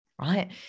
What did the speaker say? right